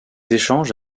échanges